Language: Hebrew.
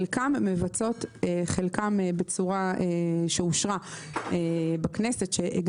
כאשר חלקן מבצעות - בצורה שאושרה בכנסת עת